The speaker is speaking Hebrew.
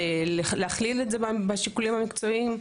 להכליל את זה בשיקולים המקצועיים.